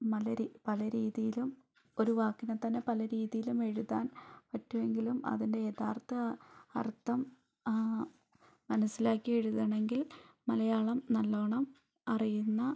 പലരീതിയിലും ഒരുവാക്കിനെ തന്നെ പലരീതിയിലും എഴുതാൻ പറ്റുമെങ്കിലും അതിൻ്റെ യഥാർത്ഥ അർത്ഥം മനസ്സിലാക്കി എഴുതണമെങ്കിൽ മലയാളം നല്ലോണം അറിയുന്ന